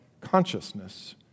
consciousness